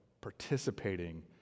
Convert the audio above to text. participating